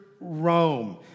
Rome